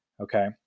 Okay